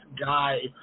guy